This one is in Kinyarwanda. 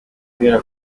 kubera